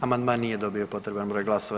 Amandman nije dobio potreban broj glasova.